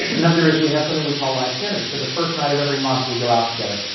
another is we have something we call life dinner. so the first night of every month we go out together.